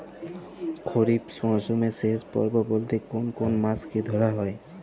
খরিপ মরসুমের শেষ পর্ব বলতে কোন কোন মাস কে ধরা হয়?